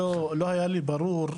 אני עוד לא היה לי ברור,